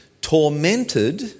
tormented